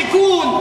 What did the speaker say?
שיכון,